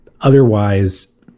Otherwise